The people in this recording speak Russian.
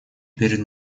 перед